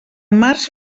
març